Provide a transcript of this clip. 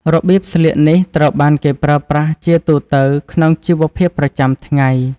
របៀបស្លៀកនេះត្រូវបានគេប្រើប្រាស់ជាទូទៅក្នុងជីវភាពប្រចាំថ្ងៃ។